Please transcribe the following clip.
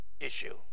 issue